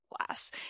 class